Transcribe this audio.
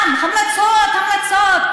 המלצות, המלצות.